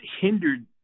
hindered